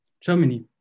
germany